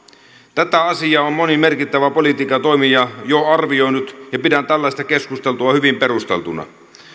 tätä asiaa on moni merkittävä politiikan toimija jo arvioinut ja pidän tällaista keskustelua hyvin perusteltuna